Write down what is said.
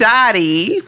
Dottie